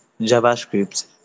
JavaScript